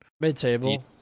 Mid-table